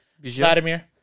Vladimir